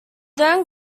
then